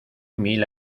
mil